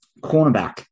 Cornerback